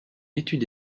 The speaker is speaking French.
étude